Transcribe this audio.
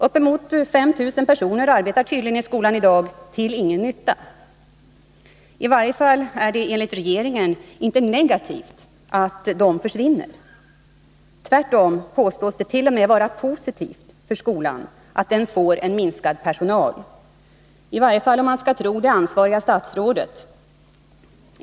Uppemot 5 000 personer arbetar tydligen i skolan till ingen nytta. I varje fall är det enligt regeringen inte negativt att de försvinner. Tvärtom påstås det t.o.m. vara positivt för skolan att den får minskad personal — i varje fall om man skall tro det ansvariga statsrådet.